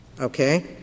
Okay